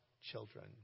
children